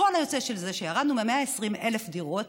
הפועל היוצא של זה הוא שירדנו מ-120,000 דירות